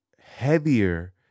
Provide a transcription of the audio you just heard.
heavier